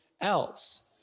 else